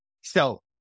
So-